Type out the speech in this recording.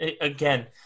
Again